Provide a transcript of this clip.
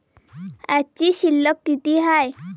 आजची शिल्लक किती हाय?